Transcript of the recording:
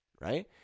right